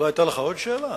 לא היתה לך עוד שאלה?